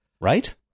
Right